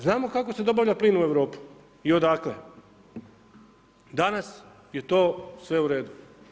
Znamo kako se dobavlja plin u Europu i odakle, danas je to sve u redu.